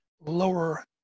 lower